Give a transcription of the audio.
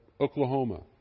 Oklahoma